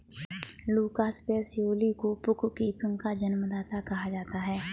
Lucas Pacioli को bookkeeping का जन्मदाता कहा जाता है